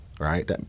right